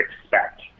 expect